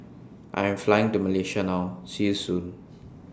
I Am Flying to Malaysia now See YOU Soon